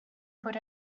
fod